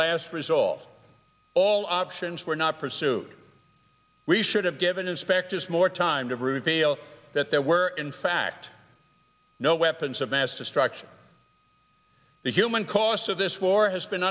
last result all options were not pursued we should have given inspectors more time to reveal that there were in fact no weapons of mass destruction the human cost of this war has been